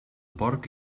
porc